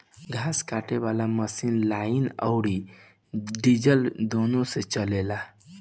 घास काटे वाला मशीन लाइन अउर डीजल दुनों से चलेला